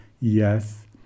yes